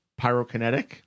Pyrokinetic